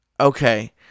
Okay